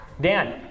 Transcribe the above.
Dan